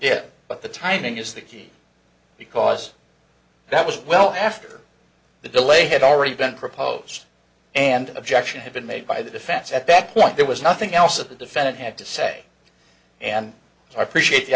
it but the timing is the key because that was well after the delay had already been proposed and an objection had been made by the defense at that point there was nothing else that the defendant had to say and i appreciate the